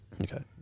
okay